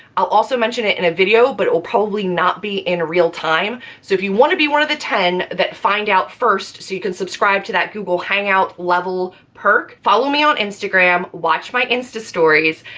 i'll also mention it in a video, but it will probably not be in real-time. so if you want to be one of the ten that find out first so you can subscribe to that google hangout level perk, follow me on instagram, watch my insta stories,